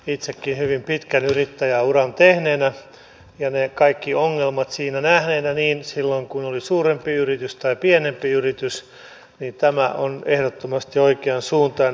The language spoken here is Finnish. itsekin hyvin pitkän yrittäjäuran tehneenä ja ne kaikki ongelmat siinä nähneenä niin silloin kun oli suurempi yritys kuin silloin kun oli pienempi yritys pidän tätä ehdottomasti oikean suuntaisena